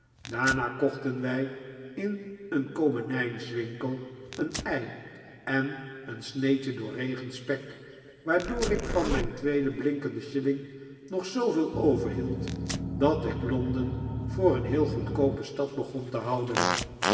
daarna kochten wij in een komenijswinkel een ei en een sneedje doorregen spek waardoor ik van mijn tweeden blinkenden shilling nog zooveel overhield dat ik londen voor een heel goedkoope stad begon te houden